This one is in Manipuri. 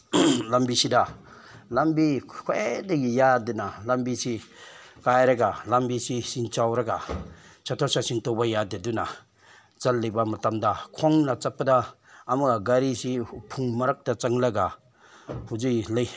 ꯂꯝꯕꯤꯁꯤꯗ ꯂꯝꯕꯤ ꯈ꯭ꯋꯥꯏꯗꯒꯤ ꯌꯥꯗꯅ ꯂꯝꯕꯤꯁꯤ ꯀꯥꯏꯔꯒ ꯂꯝꯕꯤꯁꯤ ꯏꯁꯤꯡ ꯆꯥꯎꯔꯒ ꯆꯠꯊꯣꯛ ꯆꯠꯁꯤꯟ ꯇꯧꯕ ꯌꯥꯗꯗꯨꯅ ꯆꯠꯂꯤꯕ ꯃꯇꯝꯗ ꯈꯣꯡꯅ ꯆꯠꯄꯗ ꯑꯃꯒ ꯒꯥꯔꯤꯁꯤ ꯎꯐꯨꯟ ꯃꯔꯛꯇ ꯆꯪꯂꯒ ꯍꯨꯖꯤꯛ ꯂꯩ